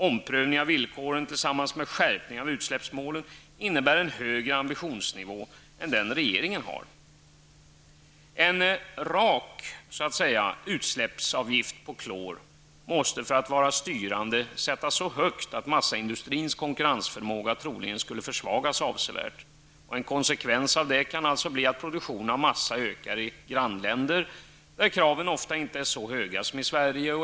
Omprövning av villkoren tillsammans med skärpning av utsläppsmålen innebär en högre ambitionsnivå än den regeringen har. En ''rak'' utsläppsavgift på klor måste för att vara styrande sättas så högt att massaindustrins konkurrensförmåga troligen skulle försvagas avsevärt. En konsekvens av det kan bli att produktionen av massa ökar i grannländer där kraven ofta inte är så höga som i Sverige.